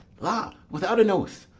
la, without an oath,